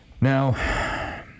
Now